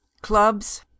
Clubs